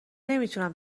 نمیتونم